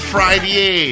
Friday